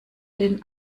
den